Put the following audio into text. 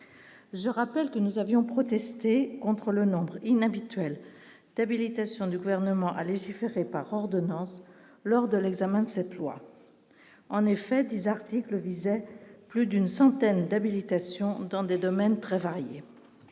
je rappelle que nous avions protester contre le nombre inhabituel d'habilitation du gouvernement à légiférer par ordonnance lors de l'examen de cette loi en effet des articles visait plus d'une centaine d'habilitation dans des domaines très variés,